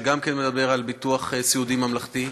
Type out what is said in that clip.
שגם מדבר על ביטוח סיעודי ממלכתי.